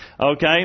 Okay